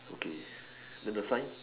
okay then the sign